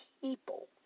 people